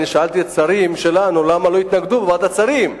אני שאלתי את השרים שלנו למה הם לא התנגדו בוועדת השרים,